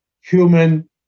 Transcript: human